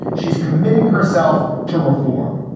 she's committing herself to reform.